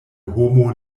homo